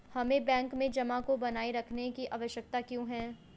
हमें बैंक में जमा को बनाए रखने की आवश्यकता क्यों है?